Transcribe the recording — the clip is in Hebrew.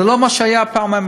זה לא מה ש-MRI היה פעם.